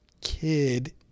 kid